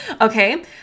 okay